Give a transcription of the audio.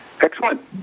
Excellent